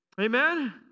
Amen